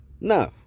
No